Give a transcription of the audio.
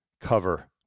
cover